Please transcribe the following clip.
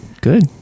good